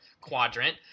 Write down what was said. quadrant